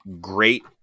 great